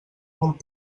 molt